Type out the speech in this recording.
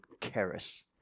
Karis